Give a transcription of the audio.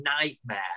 nightmare